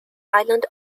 island